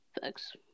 Thanks